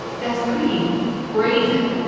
that's pretty brazen,